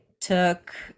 took